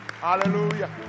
Hallelujah